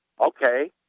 okay